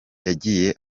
yagiye